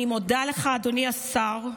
אני מודה לך, אדוני השר,